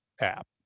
app